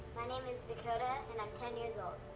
my name is dakota and i'm ten years old.